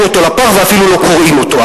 אותו לפח ואפילו לא קוראים אותו.